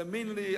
תאמין לי,